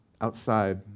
outside